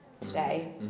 today